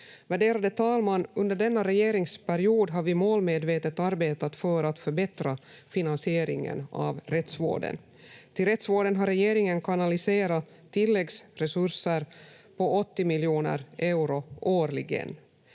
Värderade talman! Under denna regeringsperiod har vi målmedvetet arbetat för att förbättra finansieringen av rättsvården. Till rättsvården har regeringen kanaliserat tilläggsresurser på 80 miljoner euro årligen.